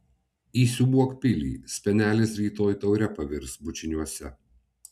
įsiūbuok pilį spenelis rytoj taure pavirs bučiniuose